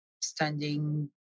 standing